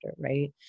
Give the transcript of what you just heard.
right